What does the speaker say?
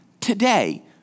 today